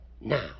Now